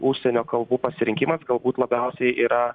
užsienio kalbų pasirinkimas galbūt labiausiai yra